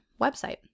website